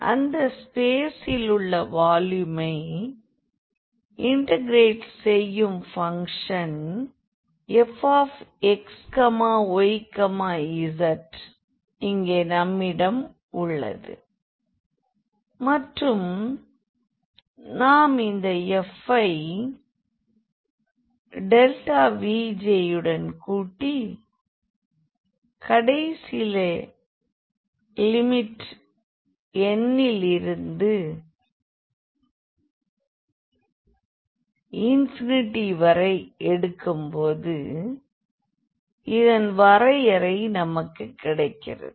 அந்த ஸ்பேசிலுள்ள வால்யூமை இன்டெக்ரேட் செய்யும் பங்க்ஷன் fxyz இங்கே நம்மிடம் உள்ளது மற்றும் நாம் இந்த f ஐ Vj யுடன் கூட்டி கடைசியில் லிமிட் n லிருந்து வரை எடுக்கும் போது இதன் வரையறை நமக்கு கிடைக்கிறது